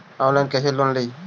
Online कैसे loan ली?